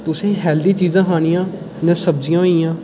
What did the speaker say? तुसें गी हैल्दी चीजां खानियां जि'यां सब्जियां होई गेइयां